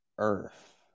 earth